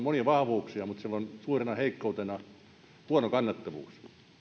monia vahvuuksia mutta sillä on suurena heikkoutena huono kannattavuus